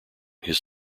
his